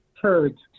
heard